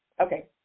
Okay